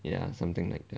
ya something like that